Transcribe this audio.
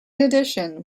addition